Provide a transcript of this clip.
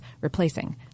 replacing